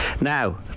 Now